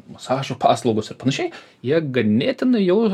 masažo paslaugos ir panašiai jie ganėtinai jau